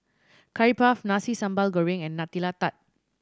Curry Puff Nasi Sambal Goreng and Nutella Tart